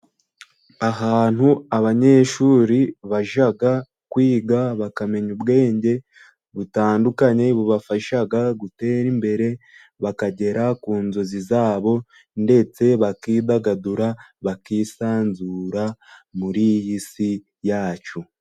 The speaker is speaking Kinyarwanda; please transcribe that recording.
Ahantu abanyeshuri bajya kwiga, bakamenya ubwenge butandukanye, bubafasha gutera imbere, bakagera ku nzozi zabo, ndetse bakidagadura, bakisanzura muri iyi si yacu.